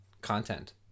content